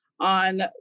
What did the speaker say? on